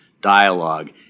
dialogue